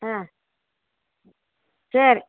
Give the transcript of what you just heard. ம் சரி